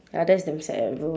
!huh! that's damn sad eh bro